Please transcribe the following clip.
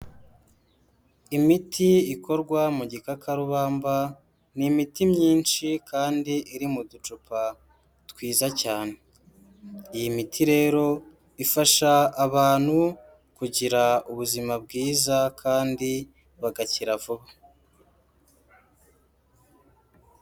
Imiti ikorwa mu gikakarubamba ni imiti myinshi kandi iri mu ducupa twiza cyane, iyi miti rero ifasha abantu kugira ubuzima bwiza kandi bagakira vuba.